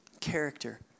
character